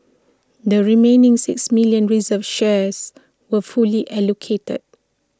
the remaining six million reserved shares were fully allocated